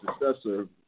successor